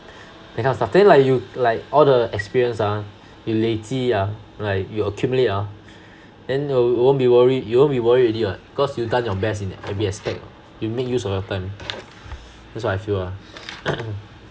that kind of stuff then like you like all the experience ah you lazy ah like you accumulate ah then you won't be worry you won't be worried already [what] cause you done your best in every aspect [what] you make use of your time that's what I feel lah